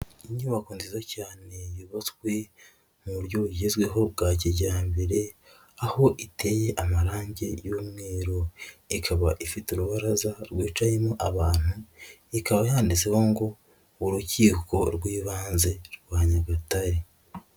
Inyubako nziza cyane yubatswe mu buryo bugezweho bwa kijyambere, aho iteye amarangi y'umweru, ikaba ifite urubaraza rwicayemo abantu, ikaba yanditseho ngo urukiko rw'ibanze rwa Nyagatare.